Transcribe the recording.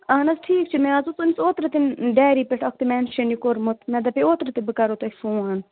اَہَن حظ ٹھیٖک چھِ مےٚ حظ اوس أمِس اوترٕ تٔمۍ ڈایری پٮ۪ٹھ اَکھتُے مینشَن یہِ کوٚرمُت مےٚ دپٮ۪و اوترٕ تہِ بہٕ کَرہو تۄہہِ فون